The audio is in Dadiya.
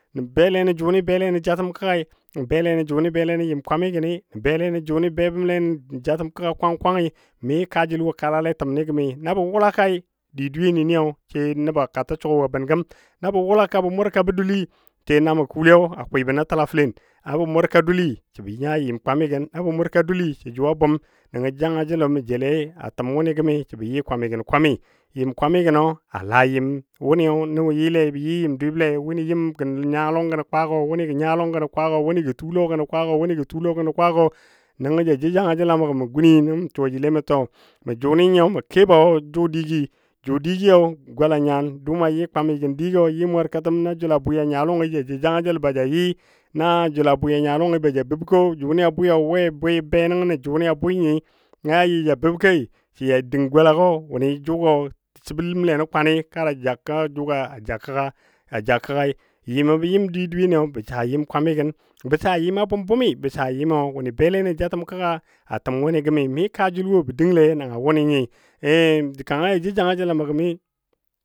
bele nən jʊnɨ bele nən jatəm kəgga, bele nən jʊnɨ bele nən yɨm kwamigəni, bele nən jʊnɨ bele nən jatəm kəgga kwang kwangi, mi kaa jəl wo kala a təmni gəme nabɔ wulakai di dweyeni sai nəb, katə sugul wo a bəngəm na bə wulaka bə murkabə dul sai namɔ kuuliyo kwibən na təla fəlen a bɔ mʊrka duli sə bɔ nya yim kwami gən a bɔ mʊrka dulli sə jʊ a bʊm nəngo janga jəlo mə joul a təmni sə bo yi kwamigən kwami, yɨm kwami gənɔ a La yɨm wʊnɨ nəbɔ yɨle bə yɨ yɨm dweble a wʊnɨ gə nyanga lɔngɔ gəno kwago, wʊnɨ gə nyanga lɔng gənɔ kwagɔ, wʊnɨ gə tuu lɔg gənɔ, kwagɔ, nəngɔ ja jou janga jəl a mə gəm mə gunni nəngɔ mə suwa jile mə to wʊnɨ nyiyɔ mə kebɔ jʊ digɨɨ jʊ digɨyɔ gola nyan dʊma yɨ kwamigən digo yɨ mʊrkatəm na jəl a bwɨ a nyanga lɔng ja jou janga jəl baja yɨ na jəl bwɨ a nyanga lɔngi ba ja bəbkɔ jʊnɨ bwɨ we bwɨ a be nan jʊnɨ a bwɨ nyɨ, na yi ja bəbkəi səja dəng golagɔ wʊnɨ jʊgɔ siblemle nən kwani ka da ja kəgga jʊgɔ a ja kəgga a ja kəggai, yɨmə bə yɨm di dweyeni ba saa yim kwamigən, bə saa yɨmɔ bʊm bʊmi, wʊnɨ bele nən jatəm kəgga a təmni wʊnɨ gəm mi kajəl wo bə dəngle na wʊni nyi.